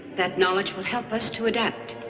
that knowledge will help us to adapt.